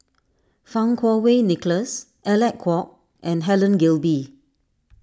Fang Kuo Wei Nicholas Alec Kuok and Helen Gilbey